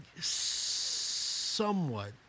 somewhat